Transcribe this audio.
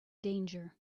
danger